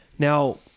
Now